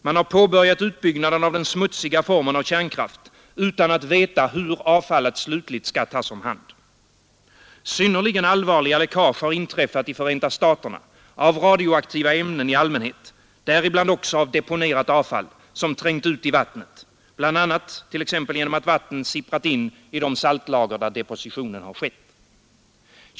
Man har påbörjat utbyggnaden av den smutsiga formen av kärnkraft utan att veta hur avfallet slutligt skall tas om hand. Synnerligen allvarliga läckage har inträffat i Förenta staterna av radioaktiva ämnen i allmänhet, däribland också av deponerat avfall som trängt ut i vattnet, bl.a. genom att vatten sipprat in i de saltlager där depositionen skett.